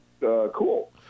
cool